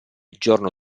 giorno